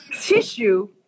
tissue